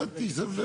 מטי.